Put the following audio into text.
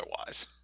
otherwise